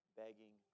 begging